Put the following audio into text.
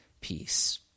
peace